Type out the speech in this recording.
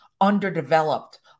underdeveloped